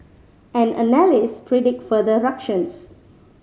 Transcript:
and analyst predict further ructions